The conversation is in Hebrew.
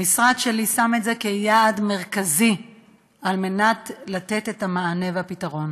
המשרד שלי שם את זה כיעד מרכזי על מנת לתת את המענה והפתרון.